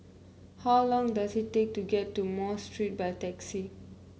how long does it take to get to Mosque Street by taxi